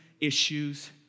issues